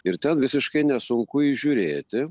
ir ten visiškai nesunku įžiūrėti